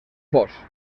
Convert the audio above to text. fos